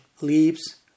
leaves